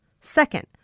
Second